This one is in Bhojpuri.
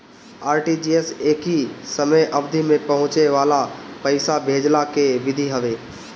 आर.टी.जी.एस एकही समय अवधि में पहुंचे वाला पईसा भेजला के विधि हवे